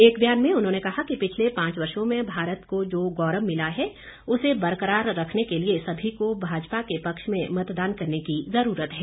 एक बयान में उन्होंने कहा कि पिछले पांच वर्षो में भारत को जो गौरव मिला है उसे बरकरार रखने के लिए सभी को भाजपा के पक्ष में मतदान करने की जरूरत है